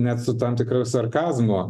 net su tam tikru sarkazmo